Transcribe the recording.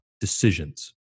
decisions